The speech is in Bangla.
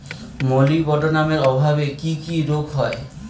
মলিবডোনামের অভাবে কি কি রোগ হয়?